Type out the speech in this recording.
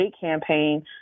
campaign